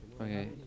Okay